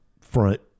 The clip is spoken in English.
front